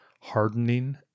hardening